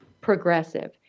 progressive